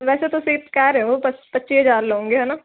ਵੈਸੇ ਤੁਸੀਂ ਕਹਿ ਰਹੇ ਹੋ ਪ ਪੱਚੀ ਹਜ਼ਾਰ ਲਉਂਗੇ ਹੈ ਨਾ